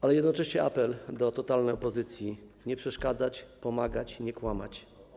Ale jednocześnie jest apel do totalnej opozycji: nie przeszkadzać, pomagać i nie kłamać.